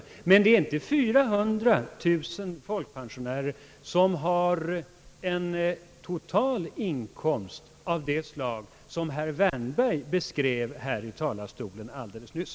Men det är inte 400 000 folkpensionärer som har en total inkomst av den höjd — ca 20000 kr. — som herr Wärnberg beskrev här i talarstolen alldeles nyss.